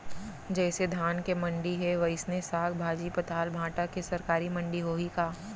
जइसे धान के मंडी हे, वइसने साग, भाजी, पताल, भाटा के सरकारी मंडी होही का?